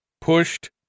pushed